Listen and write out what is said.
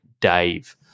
Dave